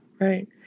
Right